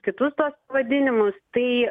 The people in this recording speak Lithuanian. kitus tuos pavadinimus tai